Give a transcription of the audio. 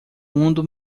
mundo